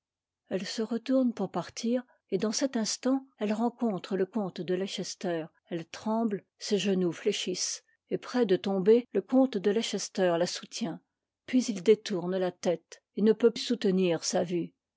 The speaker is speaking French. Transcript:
elle se retourne pour partir et dans cet instant elle rencontre le comte de les ch elle tremble ses genoux fléchissent et près de tomber le comte de leicester la soutient puis il détourne la tête et ne peut om emtf sa vue